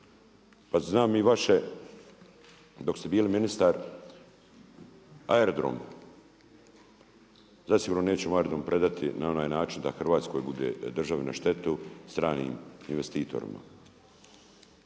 Pa znam i vaše dok ste bili ministar aerodrom, zasigurno nećemo aerodrom predati na onaj način da Hrvatskoj državi bude na štetu stranim investitorima,